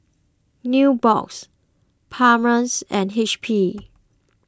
Nubox Palmer's and H P